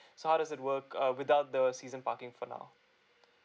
so how does it work uh without the season parking for now